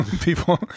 people